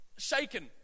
shaken